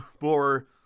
more